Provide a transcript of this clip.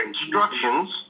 instructions